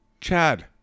Chad